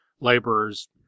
laborers